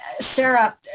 Sarah